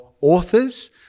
authors